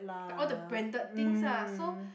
the all the branded things ah so